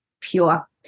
pure